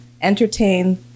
entertain